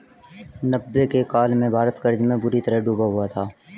नब्बे के काल में भारत कर्ज में बुरी तरह डूबा हुआ था